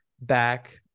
back